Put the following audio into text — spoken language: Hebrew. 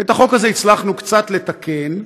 את החוק הזה הצלחנו קצת לתקן,